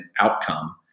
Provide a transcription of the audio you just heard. outcome